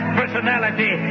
personality